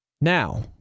Now